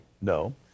no